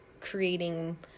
creating